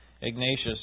Ignatius